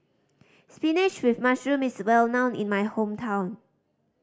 spinach with mushroom is well known in my hometown